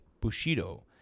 Bushido